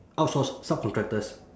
outsource subcontractors